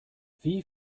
wie